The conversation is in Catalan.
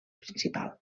principal